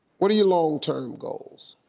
what are you long term goals?